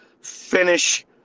finish